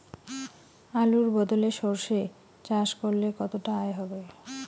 আলুর বদলে সরষে চাষ করলে কতটা আয় হবে?